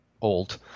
old